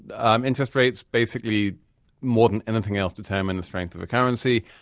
um interest rates, basically more than anything else, determines the strength of the currency.